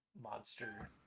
monster